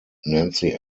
nancy